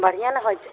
बढ़िएँ ने होयत छै